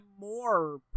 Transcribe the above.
more